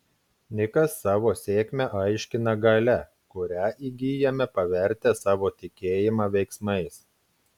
nikas savo sėkmę aiškina galia kurią įgyjame pavertę savo tikėjimą veiksmais